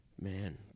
Man